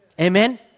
Amen